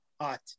Hot